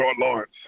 Lawrence